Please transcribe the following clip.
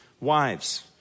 wives